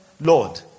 Lord